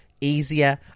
easier